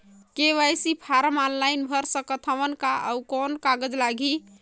KYC form online भर सकत हवं का? अउ कौन कागज लगही?